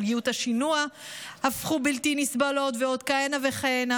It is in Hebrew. עלויות השינוע הפכו בלתי נסבלות ועוד כהנה וכהנה,